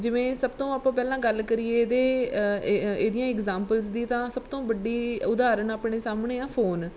ਜਿਵੇਂ ਸਭ ਤੋਂ ਆਪਾਂ ਪਹਿਲਾਂ ਗੱਲ ਕਰੀਏ ਇਹਦੇ ਇਹਦੀਆਂ ਇਗਜਾਮਪਲਸ ਦੀ ਤਾਂ ਸਭ ਤੋਂ ਵੱਡੀ ਉਦਾਹਰਨ ਆਪਣੇ ਸਾਹਮਣੇ ਆ ਫੋਨ